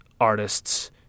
artists